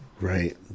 Right